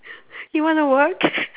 you want to work